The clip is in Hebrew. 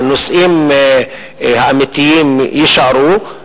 הנושאים האמיתיים יישארו,